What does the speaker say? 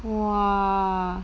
!wah!